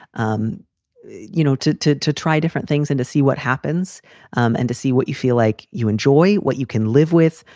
um you know, to to to try different things and to see what happens um and to see what you feel like you enjoy what you can live with,